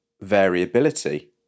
variability